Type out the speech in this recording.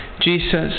Jesus